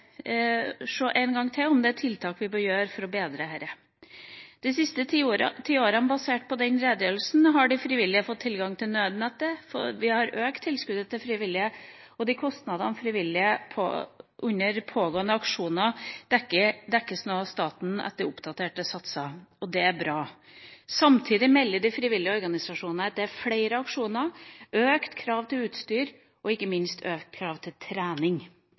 det er tiltak vi bør gjøre for å bedre dette. Basert på den redegjørelsen har de frivillige de siste ti årene fått tilgang til nødnettet, vi har økt tilskuddet til de frivillige, og de kostnadene de frivillige får under pågående aksjoner, dekkes nå av staten, etter oppdaterte satser. Det er bra. Samtidig melder de frivillige organisasjonene om at det er flere aksjoner, økte krav til utstyr og ikke minst økte krav til trening.